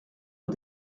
aux